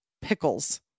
pickles